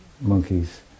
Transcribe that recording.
monkeys